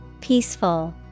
peaceful